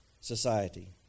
society